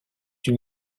une